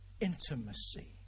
intimacy